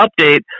update